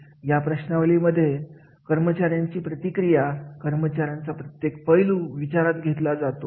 या प्रश्नावली मधून कर्मचाऱ्यांची प्रतिक्रिया कर्मचाऱ्यांचा प्रत्येक पैलू विचारात घेतला जातो